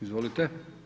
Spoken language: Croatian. Izvolite.